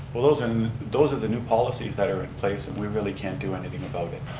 well those and those are the new policies that are in place and we really can't do anything about it.